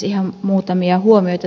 ihan muutamia huomioita